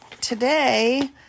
today